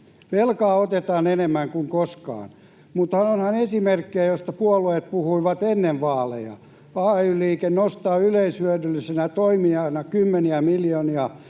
Velkaa otetaan enemmän kuin koskaan, mutta onhan esimerkkejä, joista puolueet puhuivat ennen vaaleja. Ay-liike nostaa yleishyödyllisenä toimijana kymmeniä miljoonia